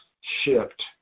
shipped